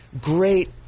great